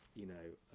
you know,